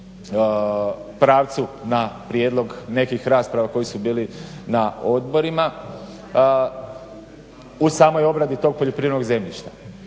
pravcu na prijedlog nekih rasprava koje su bile na odborima u samoj obradi tog poljoprivrednog zemljišta.